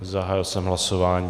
Zahájil jsem hlasování.